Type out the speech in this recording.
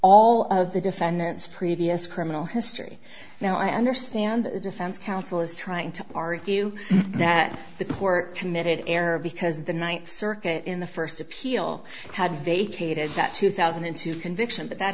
all of the defendant's previous criminal history now i understand the defense counsel is trying to argue that the court committed error because the ninth circuit in the first appeal had vacated that two thousand and two conviction but that